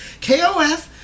KOF